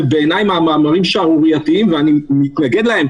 שבעיניי הם מאמרים שערורייתיים ואני מתנגד להם,